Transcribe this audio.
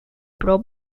pro